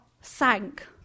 sank